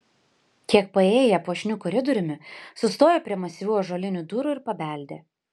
kiek paėję puošniu koridoriumi sustojo prie masyvių ąžuolinių durų ir pabeldė